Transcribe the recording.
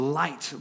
light